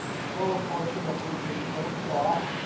the lower portion of which was fenced off,